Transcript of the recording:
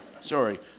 Sorry